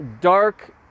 Dark